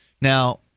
Now